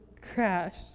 crashed